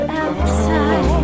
outside